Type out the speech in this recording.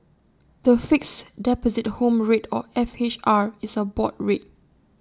the Fixed Deposit Home Rate or F H R is A board rate